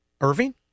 Irving